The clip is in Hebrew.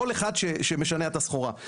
כל אחד שמשנע את הסחורה.